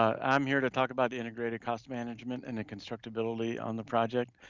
i'm here to talk about the integrated cost management and the constructability on the project.